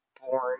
born